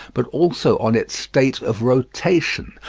but also on its state of rotation,